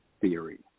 theory